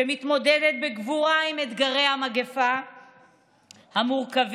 שמתמודדת בגבורה עם אתגרי המגפה המורכבים.